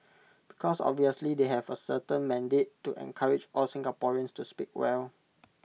because obviously they have A certain mandate to encourage all Singaporeans to speak well